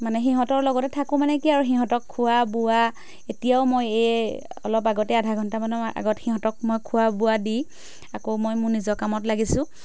মানে সিহঁতৰ লগতে থাকোঁ মানে কি আৰু সিহঁতক খোৱা বোৱা এতিয়াও মই এই অলপ আগতে আধা ঘণ্টামানৰ আগত সিহঁতক মই খোৱা বোৱা দি আকৌ মই মোৰ নিজৰ কামত লাগিছোঁ